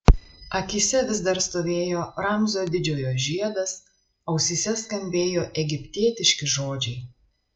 akyse vis dar stovėjo ramzio didžiojo žiedas ausyse skambėjo egiptietiški žodžiai